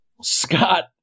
Scott